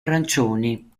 arancioni